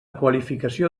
qualificació